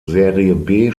serie